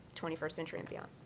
twenty first century and beyond.